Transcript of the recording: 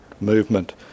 movement